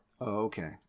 okay